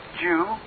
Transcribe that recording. Jew